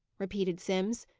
repeated simms.